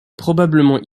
probablement